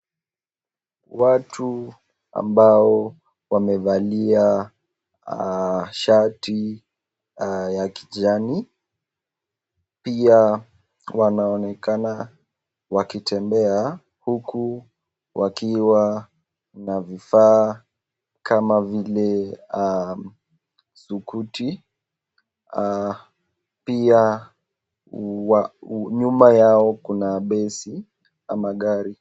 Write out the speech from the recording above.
Watu ambao wamevalia shati ya kijani, pia wanaonekana wakitembea huku wakiwa na vifaa kama vile sukuti, pia nyuma yao kuna basi ama gari.